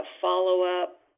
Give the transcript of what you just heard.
follow-up